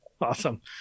Awesome